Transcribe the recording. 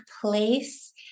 place